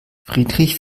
friedrich